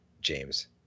James